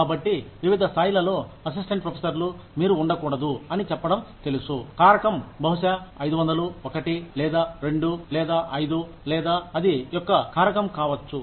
కాబట్టి వివిధ స్థాయిలలో అసిస్టెంట్ ప్రొఫెసర్లు మీరు ఉండకూడదు అని చెప్పడం తెలుసు కారకం బహుశా 500 1 లేదా 2 లేదా 5 లేదా అది యొక్క కారకం కావచ్చు